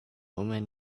woman